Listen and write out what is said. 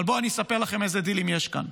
אבל אני אספר לכם אילו דילים יש כאן.